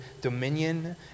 dominion